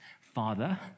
Father